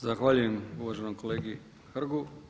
Zahvaljujem uvaženom kolegi Hrgu.